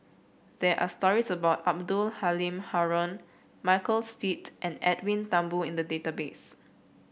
there are stories about Abdul Halim Haron Michael Seet and Edwin Thumboo in the database